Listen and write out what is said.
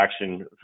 action